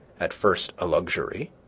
at first a luxury,